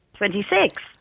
Twenty-six